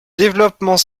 développement